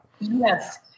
Yes